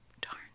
Darn